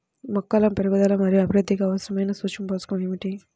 మొక్కల పెరుగుదల మరియు అభివృద్ధికి అవసరమైన సూక్ష్మ పోషకం ఏమిటి?